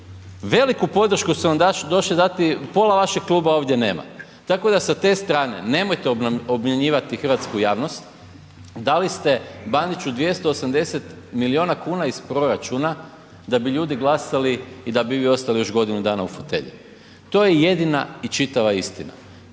veliku podršku su vam došli dati, pola vašeg kluba ovdje nema, tako da sa te strane nemojte obmanjivati hrvatsku javnost. Dali ste Bandiću 280 milijuna kuna iz proračuna da bi ljudi glasali i da bi vi ostali još godinu dana u fotelji, to je jedina i čitava istina.